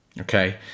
okay